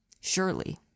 Surely